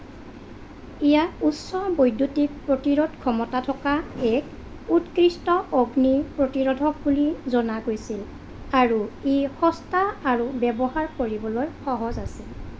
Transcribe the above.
ইয়াক উচ্চ বৈদ্যুতিক প্ৰতিৰোধ ক্ষমতা থকা এক উৎকৃষ্ট অগ্নি প্ৰতিৰোধক বুলি জনা গৈছিল আৰু ই সস্তা আৰু ব্যৱহাৰ কৰিবলৈ সহজ আছিল